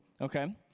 okay